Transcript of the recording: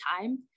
time